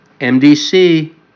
MDC